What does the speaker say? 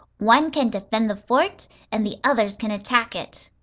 one can defend the fort and the others can attack it.